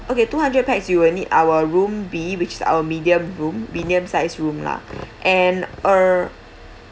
okay two hundred pax you will need our room B which is our medium room medium size room lah and uh